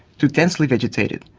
to densely vegetated,